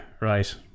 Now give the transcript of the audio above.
right